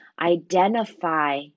identify